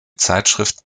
zeitschrift